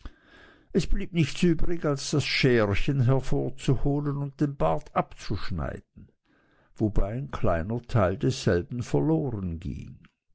es blieb nichts übrig als das scherchen hervorzuholen und den bart abzuschneiden wobei ein kleiner teil desselben verloren ging